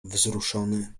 wzruszony